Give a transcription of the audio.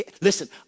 Listen